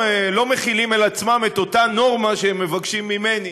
מחילים על עצמם את אותה נורמה שהם מבקשים ממני,